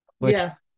Yes